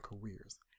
careers